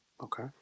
okay